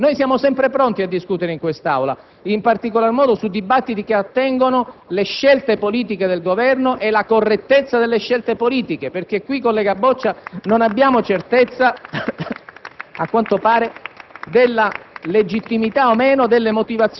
e nello stesso tempo per valutare le opportunità delle iniziative del caso. Noisiamo sempre pronti a discutere in quest'Aula, in particolar modo in dibattiti che attengono alle scelte politiche del Governo e alla correttezza di tali scelte *(Applausi dal Gruppo FI)*, perché qui, collega Boccia, non abbiamo certezza,